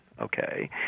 okay